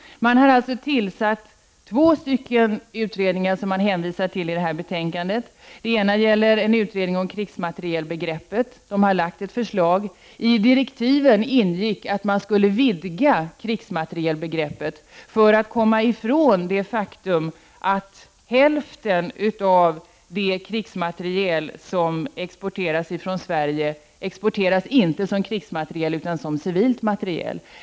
Man har alltså tillsatt två utredningar som man hänvisar till i betänkandet. Den ena är en utredning om krigsmaterielbegreppet. Utredningen har lagt ett förslag. I direktiven ingick en vidgning av krigsmaterielbegreppet för att man skulle komma ifrån det faktum att hälften av den krigsmateriel som exporteras från Sverige i dag inte exporteras som krigsmateriel utan som civil materiel.